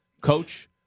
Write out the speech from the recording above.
coach